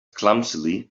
clumsily